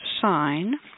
sign